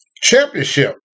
Championship